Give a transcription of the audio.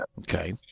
Okay